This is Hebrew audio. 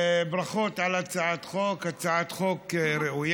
ברכות על הצעת החוק, הצעת חוק ראויה,